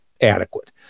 adequate